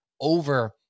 over